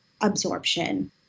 absorption